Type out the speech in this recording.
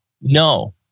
No